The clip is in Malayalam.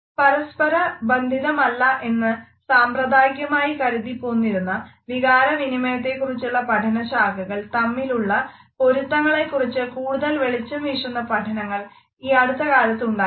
പരസ്പരബന്ധിതമല്ല എന്ന് സമ്പ്രദായികമായി കരുതിപ്പോന്നിരുന്ന വികാരവിനിമയത്തെക്കുറിച്ചുള്ള പഠനശാഖകൾ തമ്മിലുള്ള പൊരുത്തങ്ങളെക്കുറിച്ചു കൂടുതൽ വെളിച്ചം വീശുന്ന പഠനങ്ങൾ ഈ അടുത്ത കാലത്ത് ഉണ്ടായിട്ടുമുണ്ട്